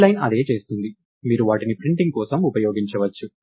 ఈ లైన్ అదే చేస్తుంది మీరు వాటిని ప్రింటింగ్ కోసం ఉపయోగించవచ్చు